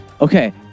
Okay